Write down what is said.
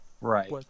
right